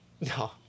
no